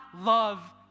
love